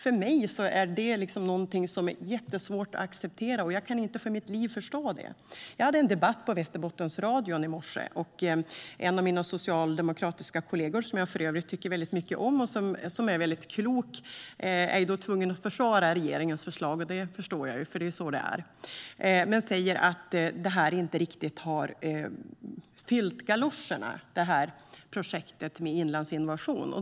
För mig är det jättesvårt att acceptera, och jag kan inte för mitt liv förstå det. Jag hade en debatt på Radio Västerbotten i morse med en av mina socialdemokratiska kollegor, som jag för övrigt tycker väldigt mycket om, som är väldigt klok och som ju är tvungen att försvara regeringens förslag - det förstår jag, för det är ju så det är. Den socialdemokratiska kollegan säger att projektet Inlandsinovation inte riktigt har fyllt galoscherna.